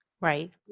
Right